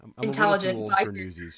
intelligent